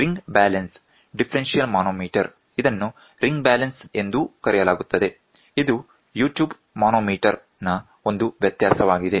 ring balance differential manometer ಇದನ್ನು ring balance ಎಂದೂ ಕರೆಯಲಾಗುತ್ತದೆ ಇದು ಯು ಟ್ಯೂಬ್ ಮಾನೋಮೀಟರ್ ನ ಒಂದು ವ್ಯತ್ಯಾಸವಾಗಿದೆ